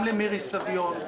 גם למירי סביון,